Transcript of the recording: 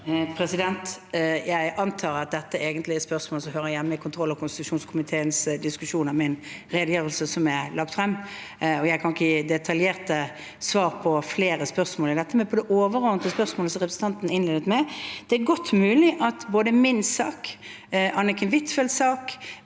Jeg antar at dette egentlig er spørsmål som hører hjemme i kontroll- og konstitusjonskomiteens diskusjon av min redegjørelse, som er lagt frem. Jeg kan ikke gi detaljerte svar på flere spørsmål i dette, men til det overordnede spørsmålet representanten innledet med: Det er godt mulig at både min sak, Anniken Huitfeldts sak,